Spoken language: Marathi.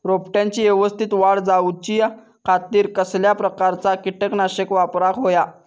रोपट्याची यवस्तित वाढ जाऊच्या खातीर कसल्या प्रकारचा किटकनाशक वापराक होया?